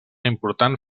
important